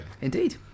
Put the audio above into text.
indeed